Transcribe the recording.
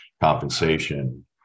compensation